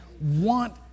want